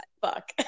Fuck